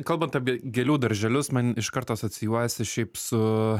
kalbant apie gėlių darželius man iš karto asocijuojasi šiaip su